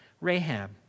Rahab